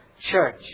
church